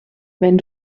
wenn